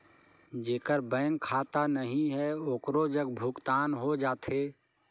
जेकर बैंक खाता नहीं है ओकरो जग भुगतान हो जाथे?